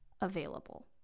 available